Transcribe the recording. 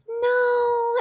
no